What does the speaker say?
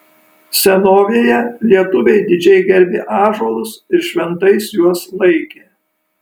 senovėje lietuviai didžiai gerbė ąžuolus ir šventais juos laikė